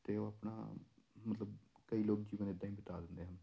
ਅਤੇ ਉਹ ਆਪਣਾ ਮਤਲਬ ਕਈ ਲੋਕ ਜੀਵਨ ਇੱਦਾਂ ਹੀ ਬਿਤਾ ਦਿੰਦੇ ਹਨ